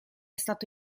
stato